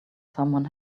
someone